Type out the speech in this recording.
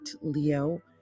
Leo